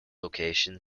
location